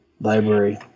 library